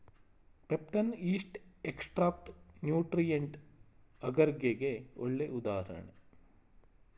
peptone, yeast extract nutrient ಅಗರ್ಗೆ ಗೆ ಒಳ್ಳೆ ಉದಾಹರಣೆ